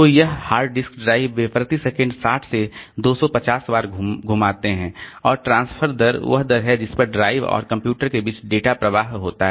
तो यह hard disk drive वे प्रति सेकंड 60 से 250 बार घुमाते हैं और ट्रांसफर दर वह दर है जिस पर ड्राइव और कंप्यूटर के बीच डेटा प्रवाह होता है